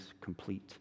complete